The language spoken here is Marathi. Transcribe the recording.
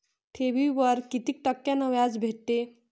ठेवीवर कितीक टक्क्यान व्याज भेटते?